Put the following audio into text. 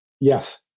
Yes